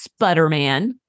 Sputterman